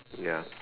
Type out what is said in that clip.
ya